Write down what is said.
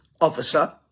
officer